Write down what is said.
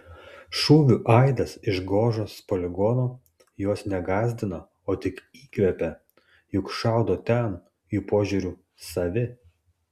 šūvių aidas iš gožos poligono juos ne gąsdina o tik įkvepia juk šaudo ten jų požiūriu savi